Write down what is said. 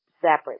separate